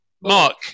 Mark